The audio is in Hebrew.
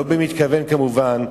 לא במתכוון כמובן,